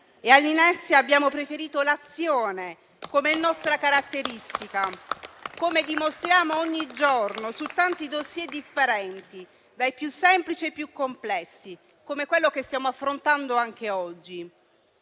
All'inerzia abbiamo preferito l'azione, come nostra caratteristica e come dimostriamo ogni giorno su tanti *dossier* differenti, dai più semplici ai più complessi, come quello che stiamo affrontando anche oggi.